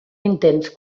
intens